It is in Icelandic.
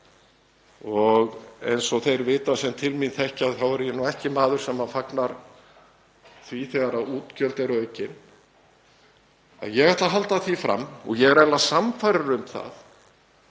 Eins og þeir vita sem til mín þekkja þá er ég ekki maður sem fagnar því þegar útgjöld eru aukin en ég ætla að halda því fram og ég er eiginlega sannfærður um það